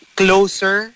closer